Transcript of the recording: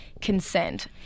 consent